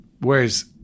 whereas